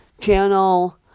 channel